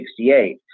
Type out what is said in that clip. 1968